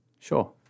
Sure